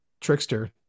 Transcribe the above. Trickster